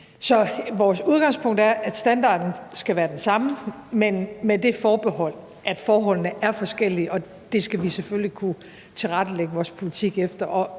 Så vores udgangspunkt er, at standarden skal være den samme, men med det forbehold, at forholdene er forskellige, og det skal vi selvfølgelig kunne tilrettelægge vores politik efter.